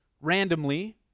randomly